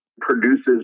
produces